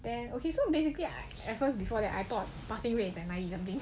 then okay so basically I at first before that I thought passing rates at ninety something